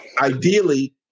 ideally